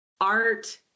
art